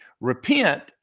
repent